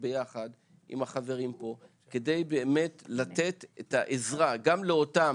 ביחד עם החברים פה כדי באמת לתת את העזרה גם לאותם